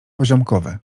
poziomkowe